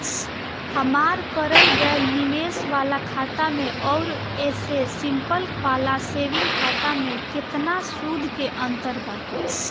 हमार करल गएल निवेश वाला खाता मे आउर ऐसे सिंपल वाला सेविंग खाता मे केतना सूद के अंतर बा?